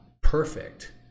perfect